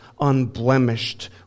unblemished